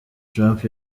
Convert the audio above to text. trump